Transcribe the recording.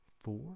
four